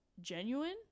genuine